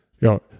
Ja